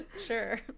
Sure